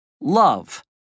Love